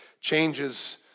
changes